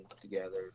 together